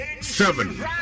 seven